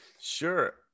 sure